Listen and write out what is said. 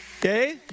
okay